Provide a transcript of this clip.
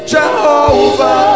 Jehovah